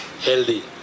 healthy